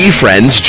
friends